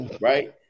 right